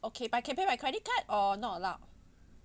okay by can pay by credit card or not allowed